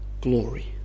glory